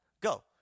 Go